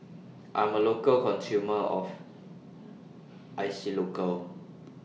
I'm A Local Consumer of Isocal